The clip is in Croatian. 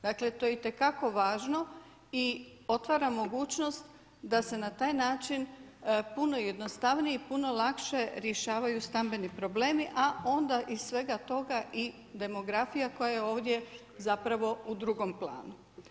Dakle to je itekako važno i otvara mogućnost da se na taj način puno jednostavnije i puno lakše rješavaju stambeni problemi, a onda iz svega i demografija koja je ovdje u drugom planu.